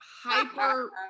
hyper